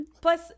Plus